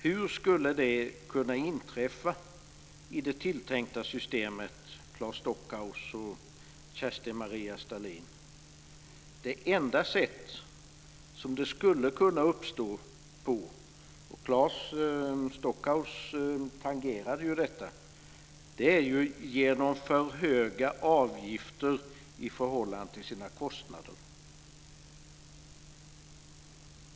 Hur skulle det kunna inträffa i det tilltänkta systemet, Claes Stockhaus och Det enda sätt som det skulle kunna uppstå på - och Claes Stockhaus tangerade ju detta - är genom för höga avgifter i förhållande till kostnaderna.